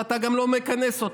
ואתה גם לא מכנס אותו.